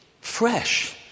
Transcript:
fresh